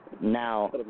Now